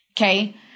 okay